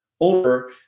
over